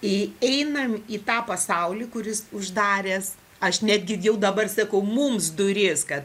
į einam į tą pasaulį kuris uždaręs aš netgi jau dabar sakau mums duris kad